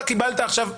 אתה קיבלת עכשיו,